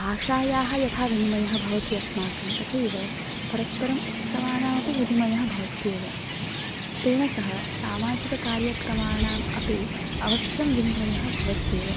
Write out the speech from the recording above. भाषायाः यथा विनिमयः भवति अस्माकं तथैव परस्परम् उत्सवानामपि विनिमयः भवत्येव तेन सह सामाजिककार्यक्रमाणाम् अपि अवश्यं विनिमयः भवत्येव